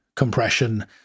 compression